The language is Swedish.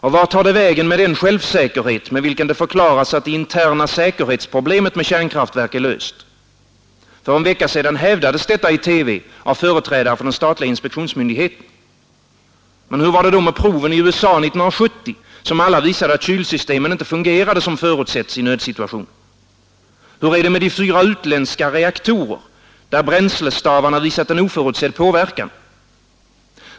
Och var tar det vägen med den självsäkerhet med vilken man förklarar att det interna säkerhetsproblemet med kärnkraftverk är löst? För en vecka sedan hävdades detta i TV av företrädare för den statliga inspektionsmyndigheten. Men hur var det då med proven i USA 1970 som alla visade att kylsystemen inte fungerade som förutsetts i nödsituationer? Hur är det med de fyra utländska reaktorer, där bränslestavarna visat en oförutsedd påverkan?